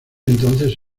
entonces